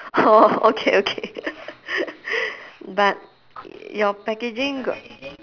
oh okay okay but your packaging got